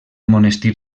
monestir